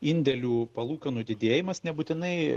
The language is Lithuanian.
indėlių palūkanų didėjimas nebūtinai